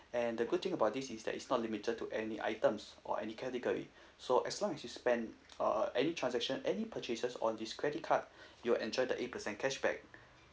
and the good thing about this is that it's not limited to any items or any category so as long as you spend uh any transaction any purchases on this credit card you will enjoy the eight percent cashback